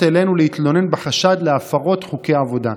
אלינו להתלונן בחשד להפרות חוקי העבודה.